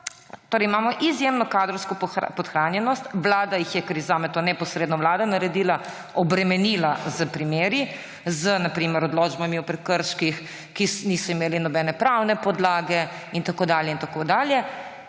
Torej imamo izjemno kadrovsko podhranjenost. Vlada jih je – ker je zame to neposredno Vlada naredila – obremenila s primeri, na primer z odločbami o prekrških, ki niso imele nobene pravne podlage in tako dalje in tako dalje.